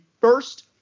first